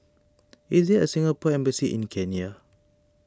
is there a Singapore Embassy in Kenya